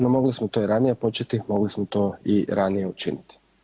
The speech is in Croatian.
No mogli smo to i ranije početi, mogli smo to i ranije učiniti.